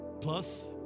plus